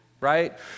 Right